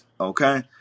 okay